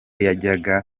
yajyaga